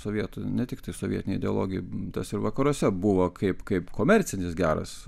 sovietų ne tiktai sovietiniai ideologai tas ir vakaruose buvo kaip kaip komercinis geras